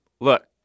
look